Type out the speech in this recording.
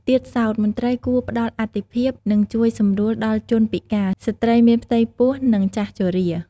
ទៀតសោធមន្ត្រីគួរផ្តល់អាទិភាព និងជួយសម្រួលដល់ជនពិការ ស្ត្រីមានផ្ទៃពោះ និងចាស់ជរា។